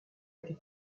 été